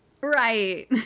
Right